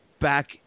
back